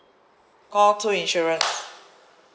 call two insurance